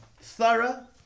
thorough